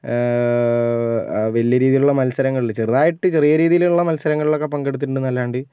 വലിയ രീതിയിലുള്ള മത്സരങ്ങളില് ചെറുതായിട്ട് ചെറിയ രീതിയിലുള്ള മത്സരങ്ങളിൽ ഒക്കെ പങ്കെടുത്തിട്ടുണ്ട് എന്നല്ലാണ്ട്